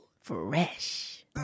Fresh